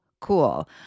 cool